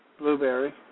Blueberry